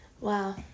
Wow